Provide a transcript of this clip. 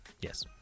Yes